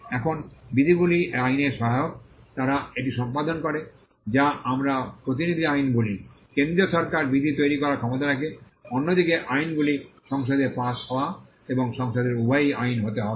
এখন বিধিগুলি এই আইনের সহায়ক তারা এটি সম্পাদন করে যা আমরা প্রতিনিধি আইন বলি কেন্দ্রীয় সরকার বিধি তৈরি করার ক্ষমতা রাখে অন্যদিকে আইনগুলি সংসদে পাস হওয়া এবং সংসদের উভয়ই আইন হতে হবে